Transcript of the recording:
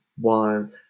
one